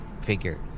Figure